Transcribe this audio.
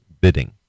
bidding